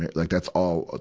like that's all, ah